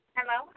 Hello